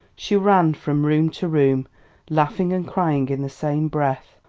she ran from room to room laughing and crying in the same breath.